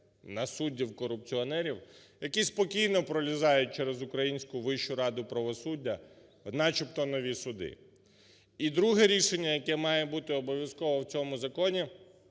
на суддів-корупціонерів, які спокійно пролізають через українську Вищу раду правосуддя в начебто нові суди. І друге рішення, яке має бути обов'язкове в цьому законі.